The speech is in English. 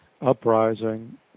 uprising